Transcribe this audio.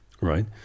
right